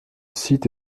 site